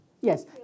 yes